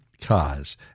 cause